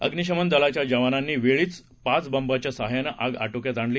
अग्निशमन दलाच्या जवानांनी वेळीच पाच बंबाच्या सहाय्यानं आग आटोक्यात आणली